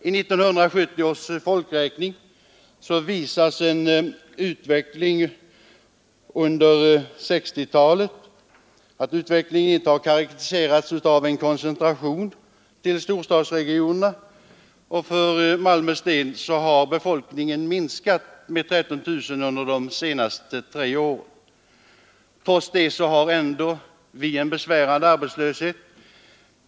I 1970 års folkräkning visas att utvecklingen under 1960-talet inte har karakteriserats av en koncentration till storstaden. För Malmös del har befolkningen minskat med 13 000 under de senaste tre åren. Trots det har vi en besvärande arbetslöshet.